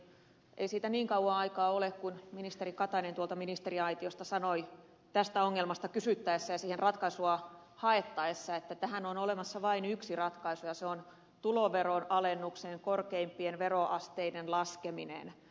ei siitä niin kauaa aikaa ole kun ministeri katainen tuolta ministeriaitiosta sanoi tästä ongelmasta kysyttäessä ja siihen ratkaisua haettaessa että tähän on olemassa vain yksi ratkaisu ja se on tuloveron alennuksen korkeimpien veroasteiden laskeminen